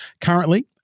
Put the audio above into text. Currently